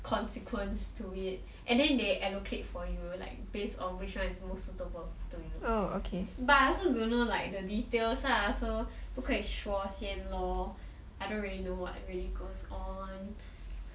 consequence to it and then they allocate for you like based on which one is most suitable to you but I also don't know the details lah so 不可以说先 lor I don't really know what really goes on